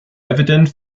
evident